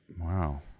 Wow